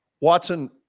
Watson